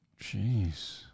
Jeez